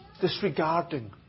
disregarding